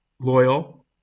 Loyal